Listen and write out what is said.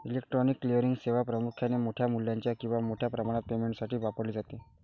electronic clearing सेवा प्रामुख्याने मोठ्या मूल्याच्या किंवा मोठ्या प्रमाणात पेमेंटसाठी वापरली जाते